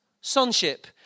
sonship